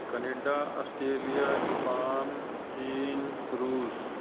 Canada Australia Japan China Russia